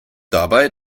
dabei